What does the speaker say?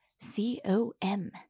C-O-M